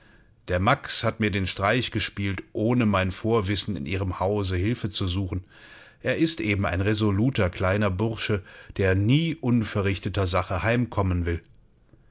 der max hat mir den streich gespielt ohne mein vorwissen in ihrem hause hilfe zu suchen er ist eben ein resoluter kleiner bursche der nie unverrichteter sache heimkommen will